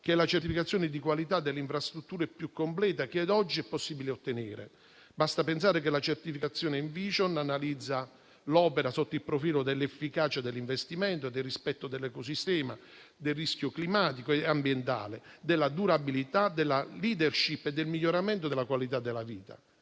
la certificazione di qualità delle infrastrutture più completa che ad oggi sia possibile ottenere. Basti pensare che la certificazione Envision analizza l'opera sotto il profilo dell'efficacia dell'investimento, del rispetto dell'ecosistema, del rischio climatico e ambientale, della durabilità della *leadership* e del miglioramento della qualità della vita.